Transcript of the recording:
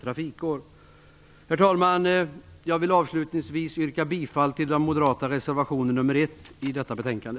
Avslutningsvis vill jag yrka bifall till reservation 1 från Moderaterna i detta betänkande.